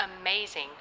amazing